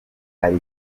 hari